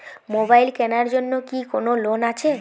Mobile কেনার জন্য কি কোন লোন আছে?